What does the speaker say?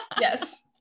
Yes